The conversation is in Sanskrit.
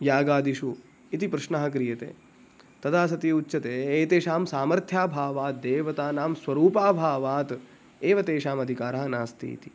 यागादिषु इति प्रश्नः क्रियते तदा सति उच्यते एतेषां सामर्थ्याभावात् देवतानां स्वरूपाभावात् एव तेषाम् अधिकारः नास्ति इति